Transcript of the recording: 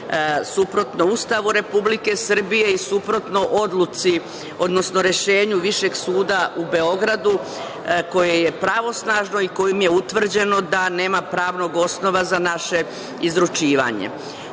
suprotno Ustavu Republike Srbije i suprotno odluci, odnosno rešenju Višeg suda u Beogradu koje je pravosnažno i kojim je utvrđeno da nema pravnog osnova za naše izručivanje. Ono